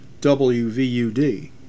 WVUD